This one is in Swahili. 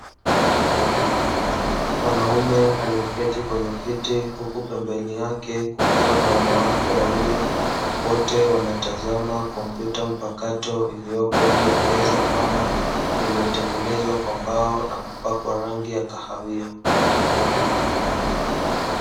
Mwanaume aliyeketi kwenye kiti huku pembeni yake kukiwa na wanawake wawili wote wanatazama kompyuta mpakato iliyopo juu ya meza pana iliyotengenezwa kwa mbao na kupakwa rangi ya kahawia.